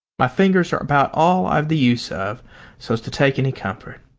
my fingers are about all i've the use of so's to take any comfort.